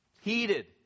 Heated